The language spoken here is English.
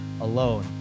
alone